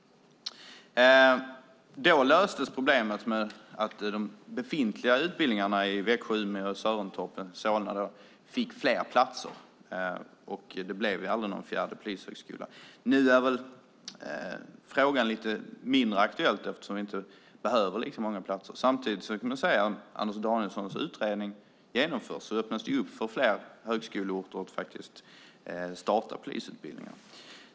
Då löstes problemet med att de befintliga utbildningarna i Växjö, Umeå och Sörentorp i Solna fick fler platser. Det blev aldrig någon fjärde polishögskola. Nu är väl frågan lite mindre aktuell eftersom vi inte behöver lika många platser. Samtidigt kan man se av den utredning som Anders Danielsson har genomfört att det öppnas upp för fler högskoleorter att starta polisutbildningar.